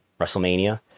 WrestleMania